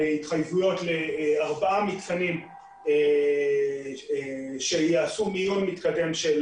על התחייבויות לארבעה מתקנים שיעשו מיון מתקדם של